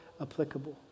applicable